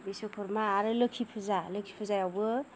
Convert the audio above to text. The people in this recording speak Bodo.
बिश्वकर्मा आरो लोखि फुजा लोखि फुजायावबो